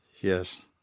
Yes